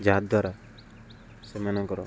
ଯାହାଦ୍ୱାରା ସେମାନଙ୍କର